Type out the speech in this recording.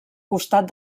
costat